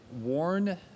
warn